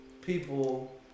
people